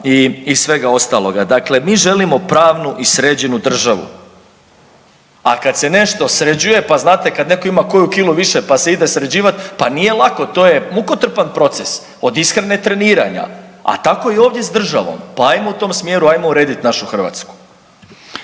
i svega ostaloga. Dakle, mi želimo pravnu i sređenu državu. A kad se nešto sređuje, pa znate kad netko ima koju kilu više pa se ide sređivat, pa nije lako, to je mukotrpan proces od ishrane, treniranja, a tako i ovdje s državnom. Pa ajmo u tom smjeru, ajmo urediti našu Hrvatsku.